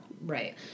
Right